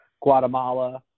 Guatemala